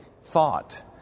thought